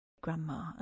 grandma